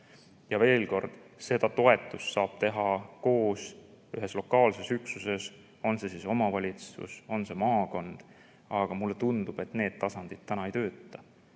Ja veel kord: seda toetust saab anda koos, ühes lokaalses üksuses, on see omavalitsus, on see maakond. Aga mulle tundub, et need tasandid ei tööta.